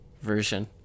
version